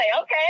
okay